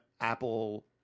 Apple